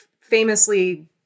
famously